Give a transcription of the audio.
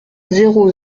zéro